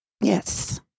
yes